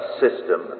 system